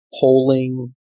polling